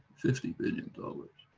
fifty billion dollars.